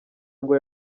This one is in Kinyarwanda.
ngo